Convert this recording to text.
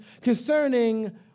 concerning